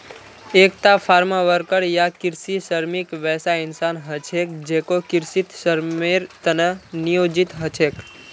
एकता farm worker या कृषि श्रमिक वैसा इंसान ह छेक जेको कृषित श्रमेर त न नियोजित ह छेक